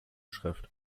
schrift